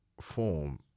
form